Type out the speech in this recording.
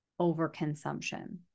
overconsumption